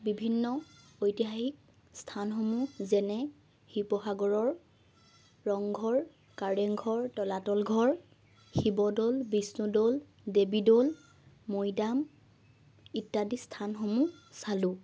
বিভিন্ন ঐতিহাসিক স্থানসমূহ যেনে শিৱসাগৰৰ ৰংঘৰ কাৰেঙ ঘৰ তলাতল ঘৰ শিৱদ'ল বিষ্ণু দ'ল দেৱী দ'ল মৈদাম ইত্যাদি স্থানসমূহ চালোঁ